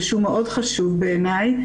שהוא מאוד חשוב בעיניי,